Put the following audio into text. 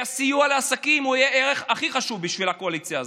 שהסיוע לעסקים יהיה הערך הכי חשוב בשביל הקואליציה הזאת,